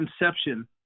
inception